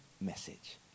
message